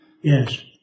Yes